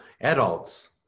adults